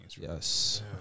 Yes